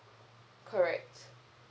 correct